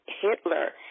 Hitler